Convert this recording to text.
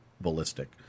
ballistic